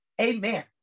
Amen